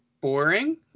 boring